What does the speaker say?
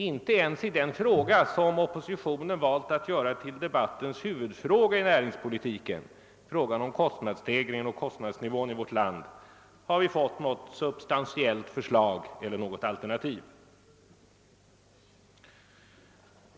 Inte ens i den fråga som oppositionen valt att göra till debattens huvudfråga i näringspolitiken — frågan om kostnadsstegringen och kostnadsnivån i vårt land — har vi fått något substantiellt förslag till alternativ.